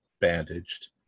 bandaged